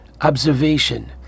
observation